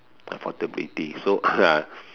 affordability so uh